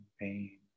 pain